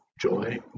joy